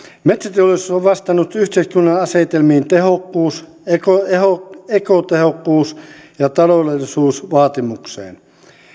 metsäteollisuus on vastannut yhteiskunnan asettamiin tehokkuus ekotehokkuus ekotehokkuus ja taloudellisuusvaatimuksiin